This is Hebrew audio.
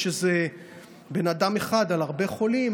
כשזה בן אדם אחד על הרבה חולים,